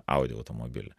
audi automobilį